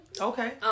Okay